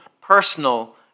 personal